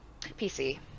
PC